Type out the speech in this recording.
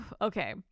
Okay